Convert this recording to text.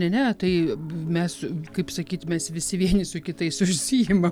ne ne tai mes kaip sakyt mes visi vieni su kitais užsiimam